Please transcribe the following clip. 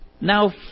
now